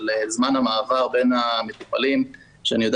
של זמן המעבר בין המטופלים ואני יודע